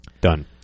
Done